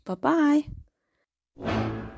Bye-bye